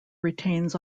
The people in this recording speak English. retains